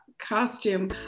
costume